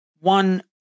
one